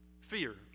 fear